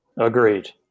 Agreed